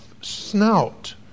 snout